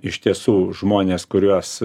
iš tiesų žmonės kuriuos